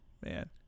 man